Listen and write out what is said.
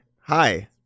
Hi